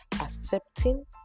accepting